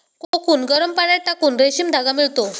cocoon गरम पाण्यात टाकून रेशीम धागा मिळतो